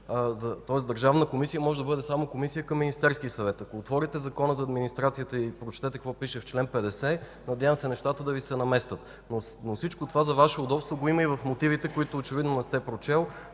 тоест държавна комисия може да бъде само комисия към Министерския съвет. Ако отворите Закона за администрацията и прочетете какво пише в чл. 50, надявам се нещата да Ви се наместят. Но всичко това за Ваше удобство го има и в мотивите, които очевидно не сте прочел.